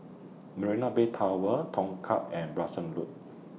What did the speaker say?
Marina Bay Tower Tongkang and Branksome Road